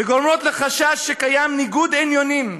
וגורמות לחשש שקיים ניגוד עניינים